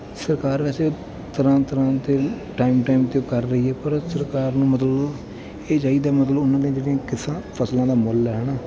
ਸਰਕਾਰ ਵੈਸੇ ਤਰ੍ਹਾਂ ਤਰ੍ਹਾਂ ਦੇ ਟਾਇਮ ਟਾਇਮ 'ਤੇ ਕਰ ਰਹੀ ਹੈ ਪਰ ਸਰਕਾਰ ਨੂੰ ਮਤਲਬ ਇਹ ਚਾਹੀਦਾ ਮਤਲਬ ਉਹਨਾਂ ਲਈ ਜਿਹੜੀ ਕਿਸਾ ਫਸਲਾਂ ਦਾ ਮੁੱਲ ਹੈ ਹੈ ਨਾ